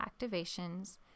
activations